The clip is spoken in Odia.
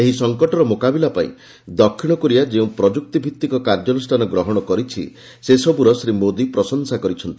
ଏହି ସଂକଟର ମୁକାବିଲା ପାଇଁ ଦକ୍ଷିଣକୋରିଆ ଯେଉଁ ପ୍ରଯୁକ୍ତିଭିତ୍ତିକ କାର୍ଯ୍ୟାନୁଷାନ ଗ୍ରହଣ କରିଛି ସେସବୁର ଶ୍ରୀ ମୋଦି ପ୍ରଶଂସା କରିଛନ୍ତି